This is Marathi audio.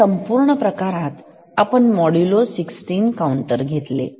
तर या संपूर्ण प्रकारात आपण मॉड्यूलो 16 काऊंटर घेतले